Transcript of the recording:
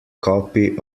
copy